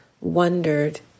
wondered